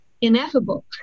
ineffable